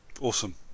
Awesome